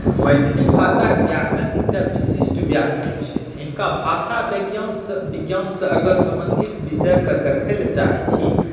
मैथिली भाषाके व्याकरण एकटा विशिष्ट व्याकरण छथि हुनका भाषा विज्ञानसँ अगर सम्बन्धित विषयसँ देखय लेल चाहैत छी